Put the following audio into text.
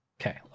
okay